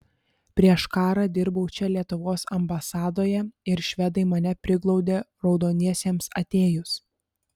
prieš karą dirbau čia lietuvos ambasadoje ir švedai mane priglaudė raudoniesiems atėjus